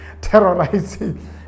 terrorizing